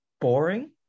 boring